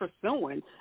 pursuing